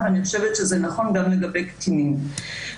בסעיף (4)